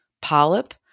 polyp